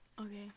Okay